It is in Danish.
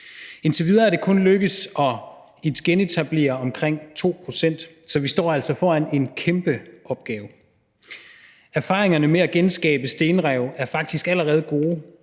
Indtil videre er det kun lykkedes at genetablere omkring 2 pct., så vi står altså foran en kæmpe opgave. Erfaringerne med at genskabe stenrev er faktisk allerede gode.